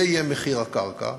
זה יהיה מחיר הקרקע,